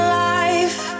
life